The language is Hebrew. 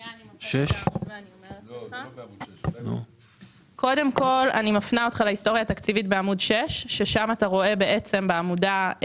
אני רואה שזה לא תקציב 2022. זה השינוי.